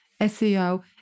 SEO